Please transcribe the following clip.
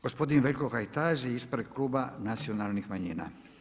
Gospodin Veljko Kajtazi ispred Kluba nacionalnih manjina.